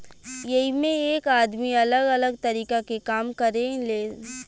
एइमें एक आदमी अलग अलग तरीका के काम करें लेन